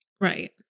Right